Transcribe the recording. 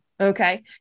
Okay